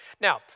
Now